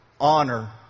Honor